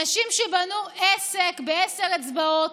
אנשים שבנו עסק בעשר אצבעות